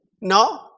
No